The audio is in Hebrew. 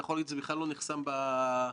בסוף מה שמעניין אותנו הוא האזרח.